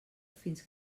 fins